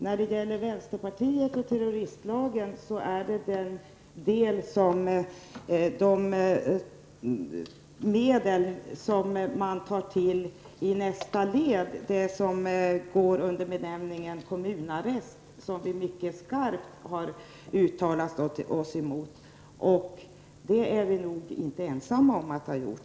När det gäller vänsterpartiet och terroristlagen är det det medel som man tar till i nästa led och som går under benämningen kommunarest som vi mycket skarpt har uttalat oss emot. Vi är nog inte ensamma om det.